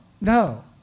No